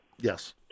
Yes